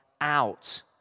out